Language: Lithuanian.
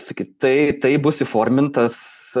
sakyt tai tai bus įformintas